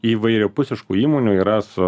įvairiapusiškų įmonių yra su